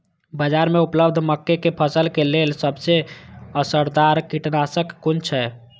बाज़ार में उपलब्ध मके के फसल के लेल सबसे असरदार कीटनाशक कुन छै?